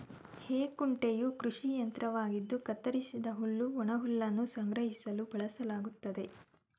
ಹೇ ಕುಂಟೆಯು ಕೃಷಿ ಯಂತ್ರವಾಗಿದ್ದು ಕತ್ತರಿಸಿದ ಹುಲ್ಲು ಒಣಹುಲ್ಲನ್ನು ಸಂಗ್ರಹಿಸಲು ಬಳಸಲಾಗ್ತದೆ